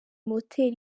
moteri